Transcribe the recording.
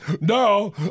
no